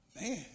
Man